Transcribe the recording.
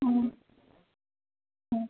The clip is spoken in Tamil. ஆ ஆ